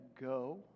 go